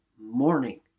morning